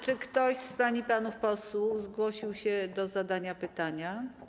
Czy ktoś z pań i panów posłów zgłasza się do zadania pytania?